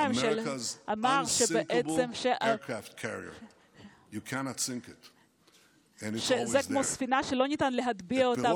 אמר שבעצם זה כמו ספינה שאי-אפשר להטביע אותה,